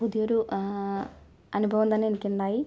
പുതിയൊരു അനുഭവം തന്നെ എനിക്ക് ഉണ്ടായി